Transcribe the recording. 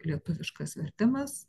lietuviškas vertimas